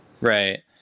Right